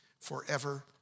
forever